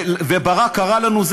וברק קרא לנו,